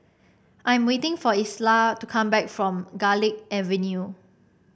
I'm waiting for Isla to come back from Garlick Avenue